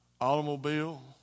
automobile